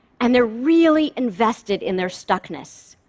and they're really invested in their stuckness.